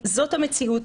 זאת המציאות,